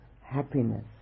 happiness